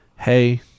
hey